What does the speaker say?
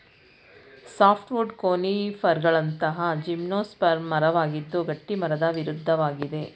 softwood ಕೋನಿಫರ್ಗಳಂತಹ gymnosperm ಮರವಾಗಿದ್ದು ಗಟ್ಟಿಮರದ ವಿರುದ್ಧವಾಗಿದೆ